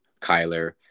Kyler